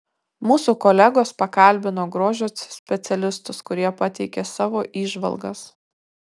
mūsų kolegos pakalbino grožio specialistus kurie pateikė savo įžvalgas